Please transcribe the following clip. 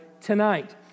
tonight